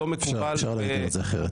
אפשר להגדיר את זה אחרת,